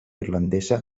irlandesa